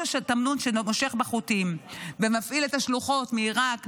התמנון שמושך בחוטים ומפעיל את השלוחות מעיראק,